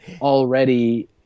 already